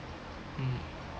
mm